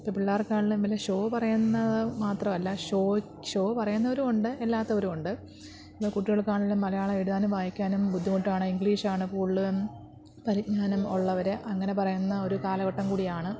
ഇപ്പം പിള്ളേർക്കാണെങ്കിലും വല്ല ഷോ പറയുന്നത് മാത്രമല്ല ഷോ ഷോ പറയുന്നവരുമുണ്ട് എല്ലാത്തവരുമുണ്ട് കുട്ടികൾക്കാണെലും മലയാളം എഴുതാനും വായിക്കാനും ബുദ്ധിമുട്ടാണ് ഇംഗ്ലീഷാണ് കൂടുതലും പരിജ്ഞാനം ഉള്ളവരെ അങ്ങനെ പറയുന്ന ഒരു കാലഘട്ടം കൂടിയാണ്